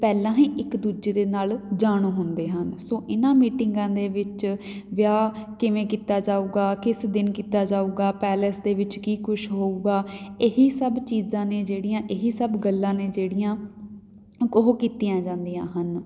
ਪਹਿਲਾਂ ਹੀ ਇੱਕ ਦੂਜੇ ਦੇ ਨਾਲ਼ ਜਾਣੂ ਹੁੰਦੇ ਹਨ ਸੋ ਇਹਨਾਂ ਮੀਟਿੰਗਾਂ ਦੇ ਵਿੱਚ ਵਿਆਹ ਕਿਵੇਂ ਕੀਤਾ ਜਾਵੇਗਾ ਕਿਸ ਦਿਨ ਕੀਤਾ ਜਾਵੇਗਾ ਪੈਲਸ ਦੇ ਵਿੱਚ ਕੀ ਕੁਛ ਹੋਵੇਗਾ ਇਹੀ ਸਭ ਚੀਜ਼ਾਂ ਨੇ ਜਿਹੜੀਆਂ ਇਹੀ ਸਭ ਗੱਲਾਂ ਨੇ ਜਿਹੜੀਆਂ ਉਹ ਕੀਤੀਆਂ ਜਾਂਦੀਆਂ ਹਨ